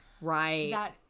Right